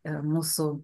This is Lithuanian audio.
ir mūsų